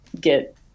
get